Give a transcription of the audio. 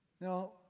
Now